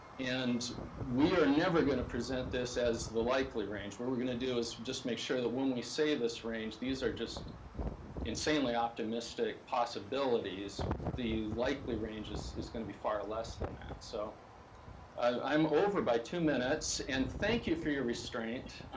and we are never gonna present this as the likely range. what we're gonna do is just make sure that when we say this range, these are just insanely optimistic possibilities. the likely range is is gonna be far less than that. so i'm over by two minutes. and thank you for your restraint.